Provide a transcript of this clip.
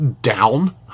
down